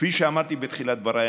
כפי שאמרתי בתחילת דבריי,